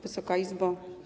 Wysoka Izbo!